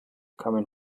coming